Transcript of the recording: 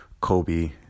Kobe